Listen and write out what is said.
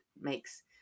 makes